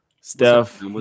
Steph